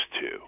two